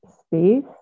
space